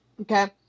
okay